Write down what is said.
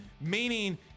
Meaning